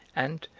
and,